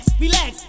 relax